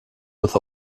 with